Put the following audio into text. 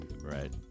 Right